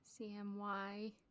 CMY